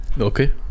Okay